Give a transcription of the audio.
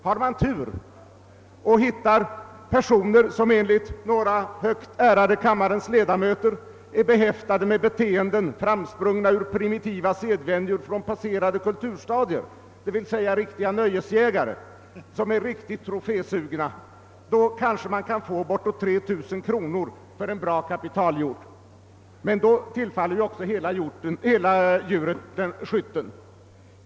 Har man tur och hittar personer, som enligt några av kammarens högt ärade ledamöter är behäftade med beteenden, framsprungna ur primitiva sedvänjor från passerade kulturstadier, dvs. riktiga nöjesjägare som är riktigt trofésugna, kanske man kan få bortåt 3 000 kronor för en bra kapitalhjort, men då tillfaller också hela djuret skytten.